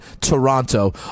Toronto